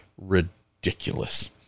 ridiculous